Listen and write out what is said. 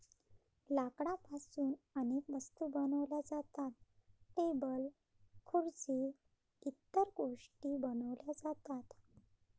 लाकडापासून अनेक वस्तू बनवल्या जातात, टेबल खुर्सी इतर गोष्टीं बनवल्या जातात